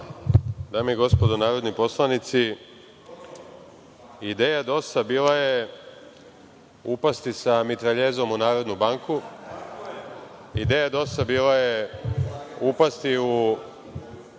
Dame i gospodo narodni poslanici, ideja DOS-a bila je upasti sa mitraljezom u Narodnu banku, ideja DOS-a bila je upasti u